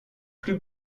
plus